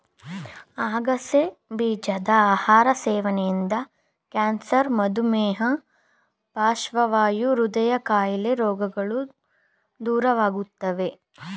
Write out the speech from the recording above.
ಅಗಸೆ ಬೀಜದ ಆಹಾರ ಸೇವನೆಯಿಂದ ಕ್ಯಾನ್ಸರ್, ಮಧುಮೇಹ, ಪಾರ್ಶ್ವವಾಯು, ಹೃದಯ ಕಾಯಿಲೆ ರೋಗಗಳು ದೂರವಾಗುತ್ತವೆ